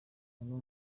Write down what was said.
cyangwa